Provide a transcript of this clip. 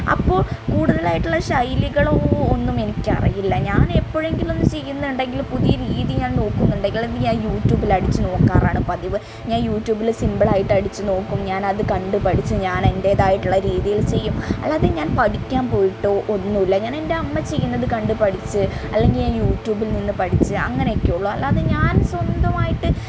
അപ്പോൾ കൂടുതലായിട്ടുള്ള ശൈലികളോ ഒന്നും എനിക്കറിയില്ല ഞാനെപ്പൊഴെങ്കിലും ഒന്ന് ചെയ്യുന്നുണ്ടെങ്കിൽ പുതിയ രീതികൾ നോക്കുന്നുണ്ടെങ്കിൽ ഞാൻ യൂറ്റൂബിലടിച്ച് നോക്കാറാണ് പതിവ് ഞാൻ യൂറ്റൂബില് സിമ്പിളായിട്ടടിച്ച് നോക്കും ഞാനത് കണ്ട് പടിച്ച് ഞാൻ എന്റേതായിട്ടുള്ള രീതിയിൽ ചെയ്യും അല്ലാതെ ഞാൻ പഠിക്കാൻ പോയിട്ടോ ഒന്നുമല്ല ഞാനെൻ്റമ്മ ചെയ്യുന്നത് കണ്ട് പടിച്ച് അല്ലെങ്കിൽ ഞാൻ യൂറ്റൂബിൽ നിന്ന് പഠിച്ച് അങ്ങനെ ഒക്കെ ഉള്ളു അല്ലാതെ ഞാൻ സ്വന്തമായിട്ട്